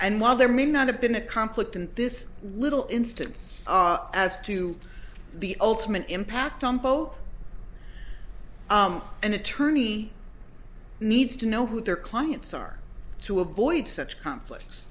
while there may not have been a conflict in this little instance as to the ultimate impact on both an attorney needs to know who their clients are to avoid such conflicts